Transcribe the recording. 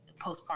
postpartum